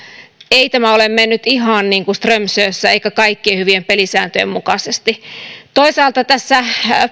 ei tämä ole mennyt ihan niin kuin strömsössä eikä kaikkien hyvien pelisääntöjen mukaisesti toisaalta tässä